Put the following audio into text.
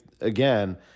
again